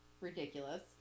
ridiculous